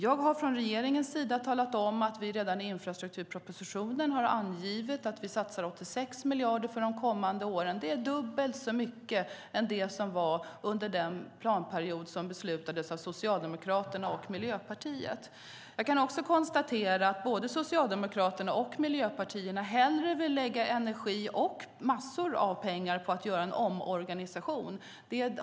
Jag har från regeringens sida talat om att vi redan i infrastrukturpropositionen har angett att vi satsar 86 miljarder för de kommande åren. Det är dubbelt så mycket som satsades för den planperiod som Socialdemokraterna och Miljöpartiet beslutade om. Jag kan också konstatera att både Socialdemokraterna och Miljöpartiet hellre vill lägga energi och massor av pengar på att göra en omorganisation.